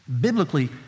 biblically